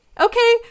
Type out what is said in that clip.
Okay